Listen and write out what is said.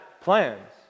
plans